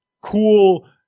cool